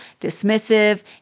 dismissive